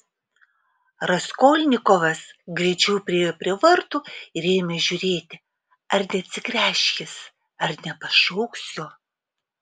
raskolnikovas greičiau priėjo prie vartų ir ėmė žiūrėti ar neatsigręš jis ar nepašauks jo